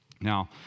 Now